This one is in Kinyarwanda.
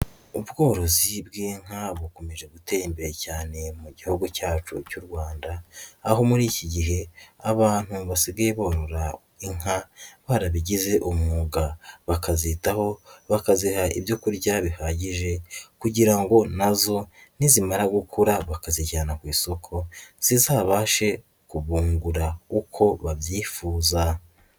Ubworozi bw'inka bukomeje gutera imbere cyane mu gihugu cyacu cy'u Rwanda, aho muri iki gihe abantu basigaye borora inka barabigize umwuga bakazitaho, bakaziha ibyo kurya bihagije kugira ngo na zo nizimara gukura bakazijyana ku isoko zizabashe kubungura uko babyifuza.